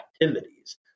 activities